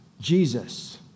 Jesus